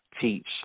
teach